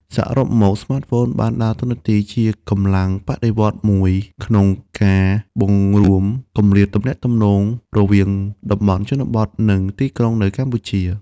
សរុបមក ស្មាតហ្វូនបានដើរតួនាទីជាកម្លាំងបដិវត្តន៍មួយក្នុងការ បង្រួមគម្លាតទំនាក់ទំនង រវាងតំបន់ជនបទ និងទីក្រុងនៅកម្ពុជា។